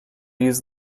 use